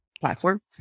platform